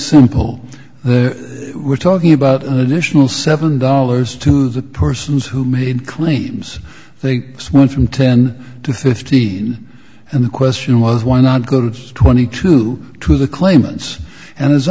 simple the we're talking about an additional seven dollars to the persons who made claims they swung from ten to fifteen and the question was why not go to twenty two to the claimants and as